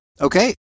Okay